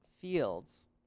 fields